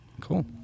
Cool